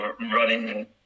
running